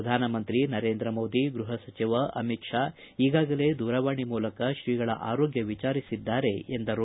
ಪ್ರಧಾನ ಮಂತ್ರಿ ನರೇಂದ್ರ ಮೋದಿ ಗೃಹಸಚಿವ ಅಮಿತ್ ತಾ ಈಗಾಗಲೇ ದೂರವಾಣಿ ಮೂಲಕ ಶ್ರೀಗಳ ಆರೋಗ್ಯ ವಿಚಾರಿಸಿದ್ದಾರೆ ಎಂದರು